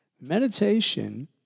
Meditation